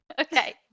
Okay